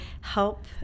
help